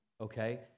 okay